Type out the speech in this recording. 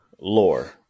lore